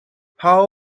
how